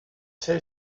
fell